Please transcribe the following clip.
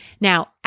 Now